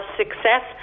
success